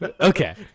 okay